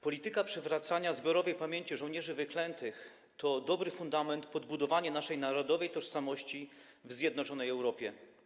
Polityka przywracania zbiorowej pamięci żołnierzy wyklętych to dobry fundament, podbudowanie naszej narodowej tożsamości w zjednoczonej Europie.